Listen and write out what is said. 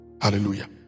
Hallelujah